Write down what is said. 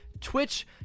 Twitch